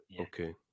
Okay